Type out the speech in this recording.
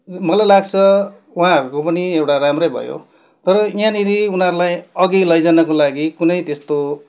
मलाई लाग्छ उहाँहरूको पनि एउटा राम्रै भयो तर यहाँनिर उनीहरूलाई अघि लैजानको लागि कुनै त्यस्तो